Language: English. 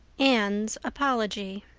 anne's apology